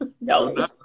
No